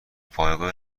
پایگاه